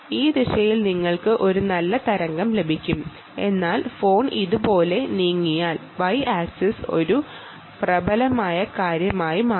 ഈ ദിശയിൽ നിങ്ങൾക്ക് ഒരു നല്ല തരംഗം ലഭിക്കും എന്നാൽ ഫോൺ ഇതുപോലെ നീങ്ങിയാൽ y ആക്സിസ് ഒരു പ്രബലമായ കാര്യമായി മാറും